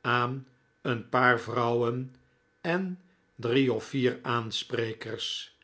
aan een paar vrouwen en drie of vier aansprekers